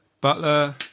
butler